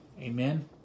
Amen